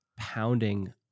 pounding